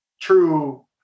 true